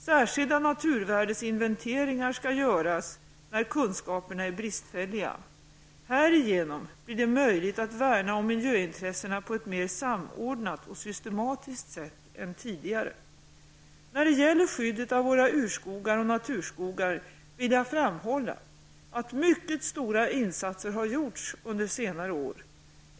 Särskilda naturvärdesinventeringar skall göras när kunskaperna är bristfälliga. Härigenom blir det möjligt att värna om miljöintressena på ett mer samordnat och systematiskt sätt än tidigare. När det gäller skyddet av våra urskogar och naturskogar vill jag framhålla att mycket stora insatser har gjorts under senare år.